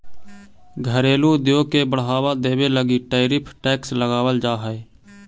घरेलू उद्योग के बढ़ावा देवे लगी टैरिफ टैक्स लगावाल जा हई